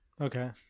Okay